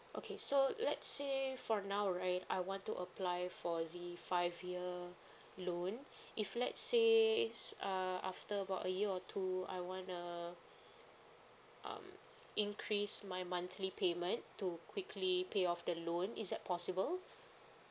okay so let's say for now right I want to apply for the five year loan if let's say if uh after about a year or two I wanna um increase my monthly payment to quickly pay off the loan is that possible